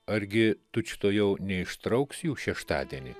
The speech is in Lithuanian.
argi tučtuojau neištrauks jų šeštadienį